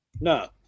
No